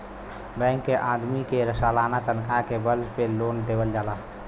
bank के आदमी के सालाना तनखा के बल पे लोन देवल जाला